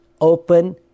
open